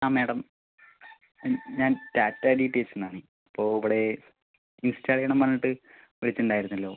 ആ മേഡം ഞാൻ Tata D T എച്ചിൽ നിന്നാണേ അപ്പോൾ ഇവിടെ ഇൻസ്റ്റാൾ ചെയ്യണം പറഞ്ഞിട്ട് വിളിച്ചിട്ടുണ്ടായിരുന്നല്ലോ